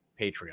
patreon